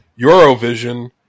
Eurovision